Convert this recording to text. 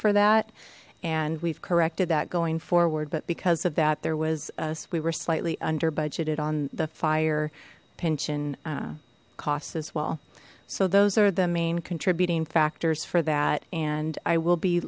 for that and we've corrected that going forward but because of that there was us we were slightly under budgeted on the fire pension costs as well so those are the main contributing factors for that and i will be